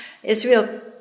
Israel